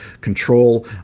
control